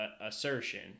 assertion